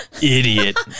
idiot